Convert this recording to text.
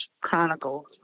Chronicles